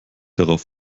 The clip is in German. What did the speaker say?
darauf